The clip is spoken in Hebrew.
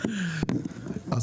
אני חצי טוניסאי,